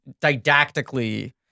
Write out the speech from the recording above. didactically